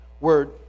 Word